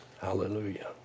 Hallelujah